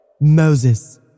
Moses